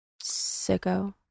Sicko